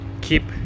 keep